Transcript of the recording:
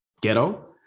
ghetto